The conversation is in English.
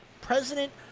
president